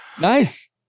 Nice